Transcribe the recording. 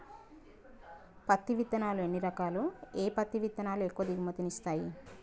పత్తి విత్తనాలు ఎన్ని రకాలు, ఏ పత్తి విత్తనాలు ఎక్కువ దిగుమతి ని ఇస్తాయి?